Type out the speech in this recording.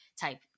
type